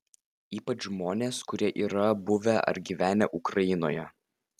ypač žmonės kurie yra buvę ar gyvenę ukrainoje